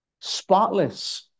spotless